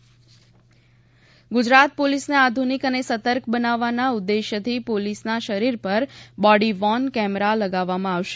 Gujarat police Gujarat પોલીસને આધુનિક અને સતર્ક બનાવવાના ઉદ્દેશ્યથી પોલીસના શરીર પર બોડીવોર્ન કેમેરા લગાવવામાં આવશે